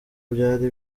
byari